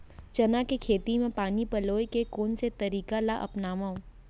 चना के खेती म पानी पलोय के कोन से तरीका ला अपनावव?